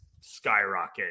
skyrocket